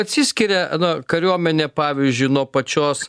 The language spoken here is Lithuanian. atsiskiria na kariuomenė pavyzdžiui nuo pačios